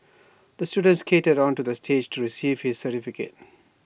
the student skated onto the stage to receive his certificate